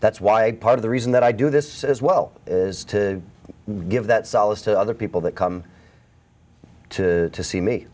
that's why part of the reason that i do this as well is to give that solace to other people that come to see me